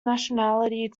nationality